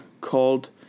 called